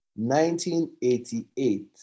1988